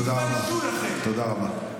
תודה רבה, תודה רבה.